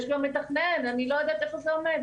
יש גם מתכנן, אני לא יודעת איפה זה עומד.